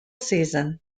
season